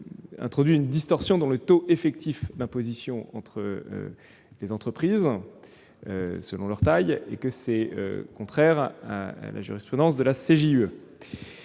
introduirait une distorsion dans le taux effectif d'imposition entre les entreprises selon leur taille, ce qui serait contraire à la jurisprudence de la Cour